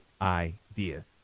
idea